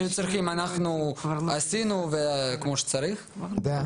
אנחנו יכולים לארגן הכל לבד,